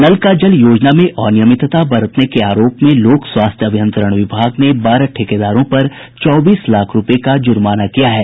नल का जल योजना में अनियमितता बरतने के आरोप में लोक स्वास्थ्य अभियंत्रण विभाग ने बारह ठेकेदारों पर चौबीस लाख रुपए का जुर्माना किया है